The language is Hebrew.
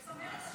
זאת צמרת השב"כ.